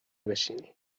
بشینی